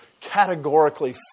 categorically